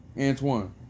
Antoine